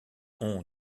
ont